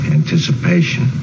anticipation